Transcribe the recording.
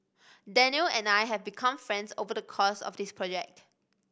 Danial and I have become friends over the course of this project